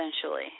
essentially